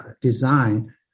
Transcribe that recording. design